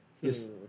Yes